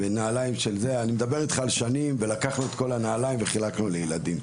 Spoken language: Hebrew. אני מדבר איתך על שנים ולקחנו את כל הנעליים וחילקנו לילדים.